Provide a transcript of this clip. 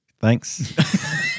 Thanks